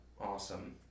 Awesome